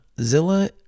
Zilla